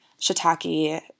shiitake